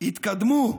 "התקדמו,